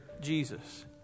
Jesus